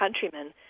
countrymen